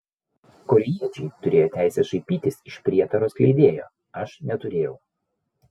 korėjiečiai turėjo teisę šaipytis iš prietaro skleidėjo aš neturėjau